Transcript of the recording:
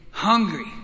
Hungry